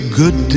good